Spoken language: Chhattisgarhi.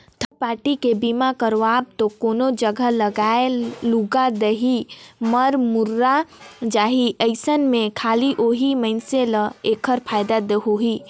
थर्ड पारटी के बीमा करवाब म कोनो जघा लागय लूगा देही, मर मुर्री जाही अइसन में खाली ओही मइनसे ल ऐखर फायदा होही